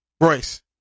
Royce